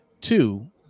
Two